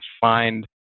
find